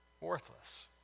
Worthless